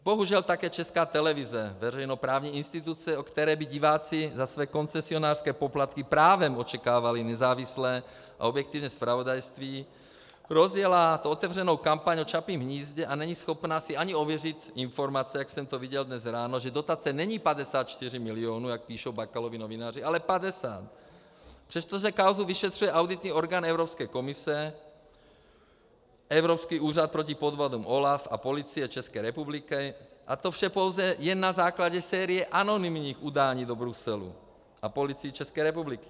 Bohužel také Česká televize, veřejnoprávní instituce, od které by diváci za své koncesionářské poplatky právem očekávali nezávislé a objektivní zpravodajství, rozjela otevřenou kampaň o Čapím hnízdě a není schopna si ani ověřit informace, jak jsem to viděl dnes ráno, že dotace není 54 milionů, jak píší Bakalovi novináři, ale 50, přestože kauzu vyšetřuje auditní orgán Evropské komise, Evropský úřad proti podvodům OLAF a Policie České republiky, a to vše pouze jen na základě série anonymních udání do Bruselu a Policii České republiky.